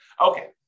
Okay